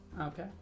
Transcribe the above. Okay